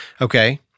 Okay